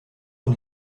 von